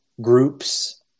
groups